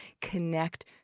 connect